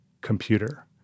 computer